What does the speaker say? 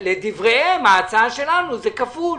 ההצעה שלנו זה כפול.